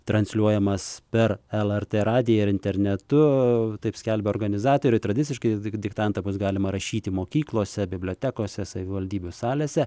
transliuojamas per lrt radiją ir internetu taip skelbia organizatoriai tradiciškai diktantą bus galima rašyti mokyklose bibliotekose savivaldybių salėse